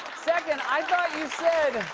second, i thought you said